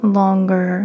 longer